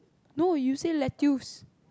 no you say lettuce